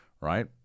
right